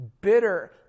bitter